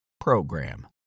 program